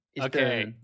okay